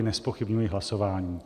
Nezpochybňuji hlasování.